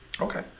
Okay